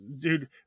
dude